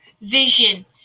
vision